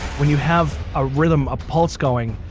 when you have a rhythm, a pulse going,